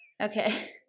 okay